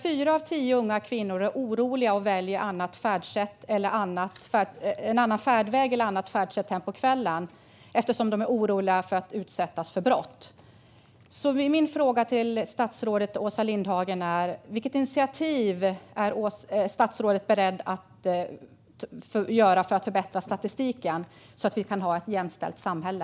Fyra av tio unga kvinnor väljer en annan färdväg eller ett annat färdsätt hem på kvällen eftersom de är oroliga för att utsättas för brott. Min fråga till statsrådet Åsa Lindhagen är: Vilket initiativ är statsrådet beredd att ta för att förbättra statistiken och så att vi kan ha ett jämställt samhälle?